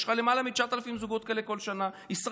יש לך למעלה מ-9,000 זוגות כאלה כל שנה של ישראלים,